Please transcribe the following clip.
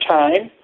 time